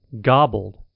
gobbled